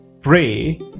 Pray